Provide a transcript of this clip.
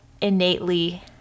innately